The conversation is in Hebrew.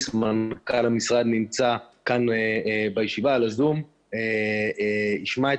סמנכ"ל המשרד, נמצא כאן בישיבה על הזום, ישמע את